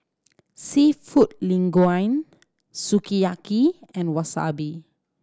Seafood Linguine Sukiyaki and Wasabi